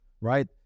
right